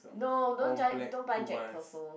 no don't don't buy Jack-Purcell